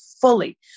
fully